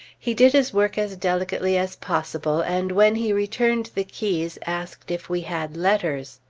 he did his work as delicately as possible, and when he returned the keys, asked if we had letters.